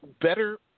better